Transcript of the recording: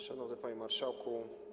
Szanowny Panie Marszałku!